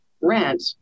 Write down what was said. rent